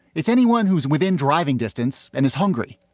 it's anyone who's within driving distance and is hungry.